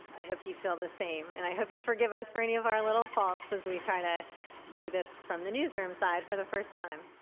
i hope you feel the same and i hope you forgive us for any of our little faults as we try to do this from the newsroom side for the first time.